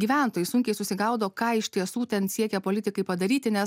gyventojai sunkiai susigaudo ką iš tiesų ten siekia politikai padaryti nes